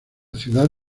ciudad